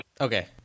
okay